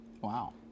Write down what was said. Wow